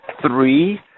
three